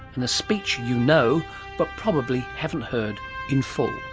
and a speech you know but probably haven't heard in full.